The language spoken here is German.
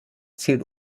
zielt